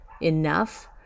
enough